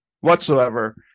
whatsoever